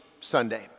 Sunday